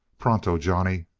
pronto, johnny.